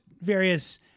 various